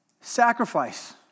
Sacrifice